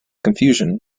confusion